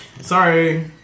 Sorry